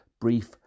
brief